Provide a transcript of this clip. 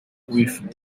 with